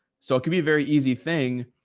so it can be a very easy thing,